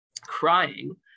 crying